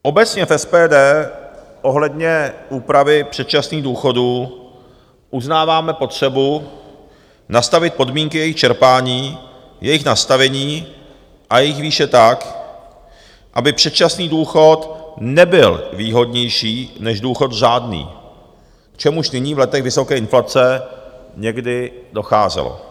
Obecně v SPD ohledně úpravy předčasných důchodů uznáváme potřebu nastavit podmínky jejich čerpání, jejich nastavení a jejich výše tak, aby předčasný důchod nebyl výhodnější než důchod řádný, k čemuž nyní v letech vysoké inflace někdy docházelo.